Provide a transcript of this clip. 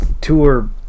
tour